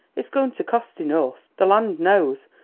it's going to cost enough, the land knows,